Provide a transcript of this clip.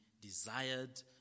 desired